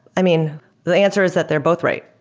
i mean the answer is that they're both right.